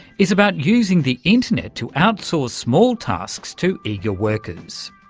is about using the internet to outsource small tasks to eager workers.